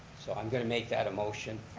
so i'm going to make that a motion.